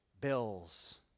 bills